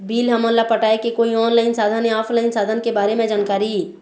Bill हमन ला पटाए के कोई ऑनलाइन साधन या ऑफलाइन साधन के बारे मे जानकारी?